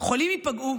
חולים ייפגעו.